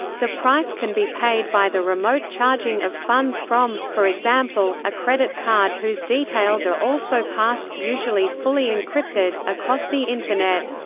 the price can be paid by the remote charging of funds from, for example, a credit card whose details are also passed usually fully encrypted across the internet.